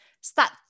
start